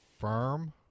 firm